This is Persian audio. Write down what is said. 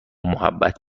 محبت